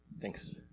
Thanks